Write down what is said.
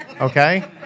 okay